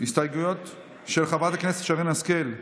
הסתייגויות של חברת הכנסת שרן השכל,